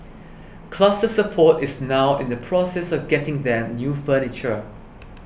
Cluster Support is now in the process of getting them new furniture